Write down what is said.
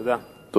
תודה.